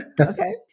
Okay